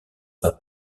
pas